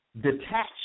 detach